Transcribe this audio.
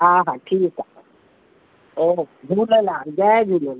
हा हा ठीकु आहे ओके झूलेलाल जय झूलेलाल